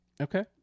Okay